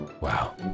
Wow